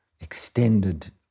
extended